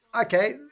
okay